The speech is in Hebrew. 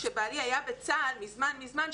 כשבעלי היה בצה"ל מזמן מזמן,